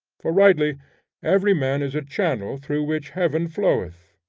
for rightly every man is a channel through which heaven floweth,